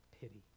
pity